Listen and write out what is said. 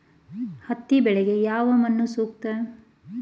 ಹತ್ತಿ ಬೆಳೆಗೆ ಯಾವ ಮಣ್ಣು ಸೂಕ್ತ?